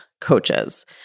coaches